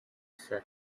said